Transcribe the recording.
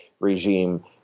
regime